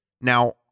now